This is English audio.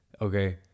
okay